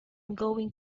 going